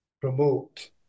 promote